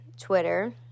Twitter